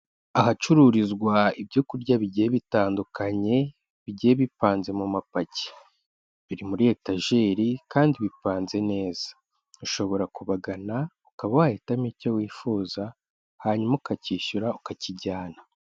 Ahacururizwa ibyo kurya bigiye bitandukanye bigiye bipanze mu mapaki, biri muri etajeri kandi bipanze neza, ushobora kubagana ukaba wahitamo icyo wifuza, hanyuma ukacyishyura ukakijyana.